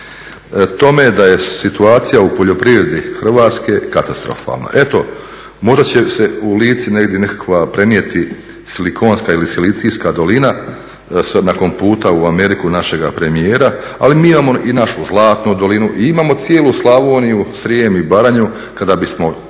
tome da je situacija u poljoprivredi Hrvatske katastrofalna. Eto možda će se u Lici negdje nekakva prenijeti silikonska ili Silicijska dolina nakon puta u Ameriku našega premijera ali mi imamo i našu zlatnu dolinu i imamo cijelu Slavoniju, Srijem i Baranju, kada bismo